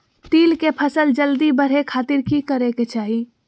तिल के फसल जल्दी बड़े खातिर की करे के चाही?